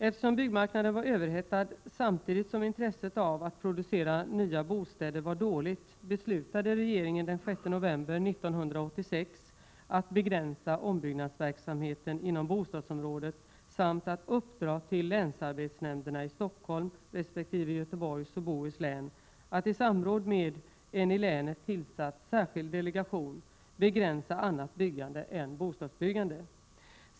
Eftersom byggmarknaden var överhettad samtidigt som intresset av att producera nya bostäder var dåligt, beslutade regeringen den 6 november 1986 att begränsa ombyggnadsverksamheten inom bostadsområdet samt att uppdra till länsarbetsnämnderna i Stockholms resp. Göteborgs och Bohus län att i samråd med en i länen tillsatt särskild delegation begränsa annat byggande än bostadsbyggande.